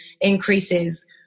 increases